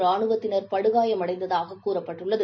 ராணுவத்தினர் படுகாயமடைந்ததாக கூறப்பட்டுள்ளது